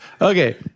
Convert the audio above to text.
Okay